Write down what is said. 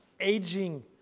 aging